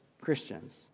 Christians